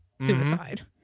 suicide